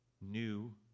new